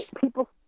people